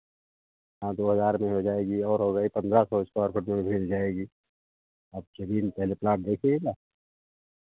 हाँ दो हज़ार में हो जाएगी और और एक पन्द्रह सौ स्क्वायर फ़ुट में भी मिल जाएगी आप चलिए ना पहले प्लाट देखिए ना